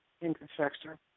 infrastructure